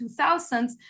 2000s